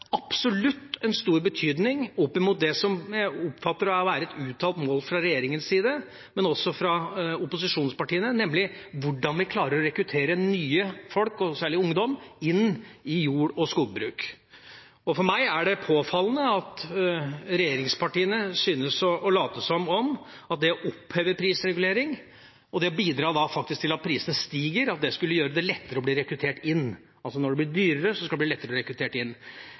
absolutt en stor betydning for det jeg oppfatter er et uttalt mål fra regjeringas side, men også fra opposisjonspartienes side, nemlig hvordan vi klarer å rekruttere nye folk, særlig ungdom, inn i jord- og skogbruk. For meg er det påfallende at regjeringspartiene synes å late som om det å oppheve prisregulering og bidra til at prisene faktisk stiger, vil gjøre det lettere å bli rekruttert inn – altså når det blir dyrere, blir det lettere å bli rekruttert inn.